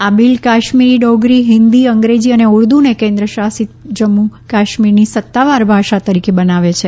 આ બિલ કાશ્મીરી ડોગરી હિન્દી અંગ્રેજી અને ઉર્દૂને કેન્દ્ર શાસિત જમ્મુ કાશ્મીરની સત્તાવાર ભાષા તરીકે બનાવે છે